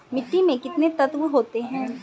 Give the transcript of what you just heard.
मिट्टी में कितने तत्व होते हैं?